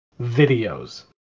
videos